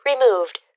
removed